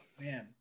Man